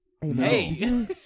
Hey